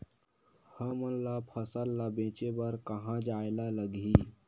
हमन ला फसल ला बेचे बर कहां जाये ला लगही?